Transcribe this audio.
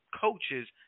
coaches